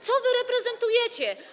Co wy reprezentujecie?